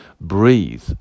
breathe